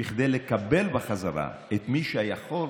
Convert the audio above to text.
כדי לקבל בחזרה את מי שהיה יכול,